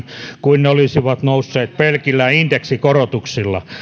kuin ne olisivat nousseet pelkillä indeksikorotuksilla